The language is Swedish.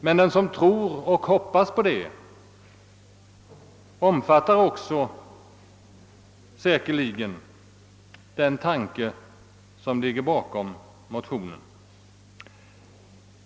Men den som tror och hoppas på det omfattar också säkerligen den tanke som ligger bakom motionen.